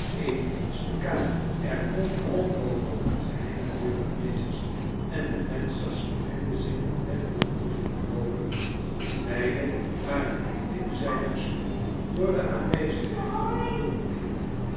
eveneens de kamer er kon onmogelijk een geheime deur aanwezig zijn en de vensters bevinden zich wel dertig voet boven den grond beide waren aan de binnenzijde gesloten door de aanwezigheid van een